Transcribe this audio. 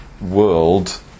world